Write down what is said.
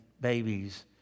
babies